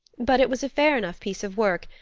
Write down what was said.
but it was a fair enough piece of work,